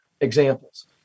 examples